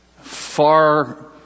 far